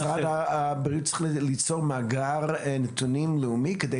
משרד הבריאות צריך ליצור מאגר נתונים לאומי כדי